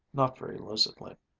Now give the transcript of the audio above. not very lucidly.